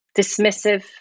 dismissive